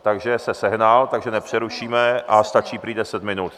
Takže se sehnal, nepřerušíme a stačí prý deset minut.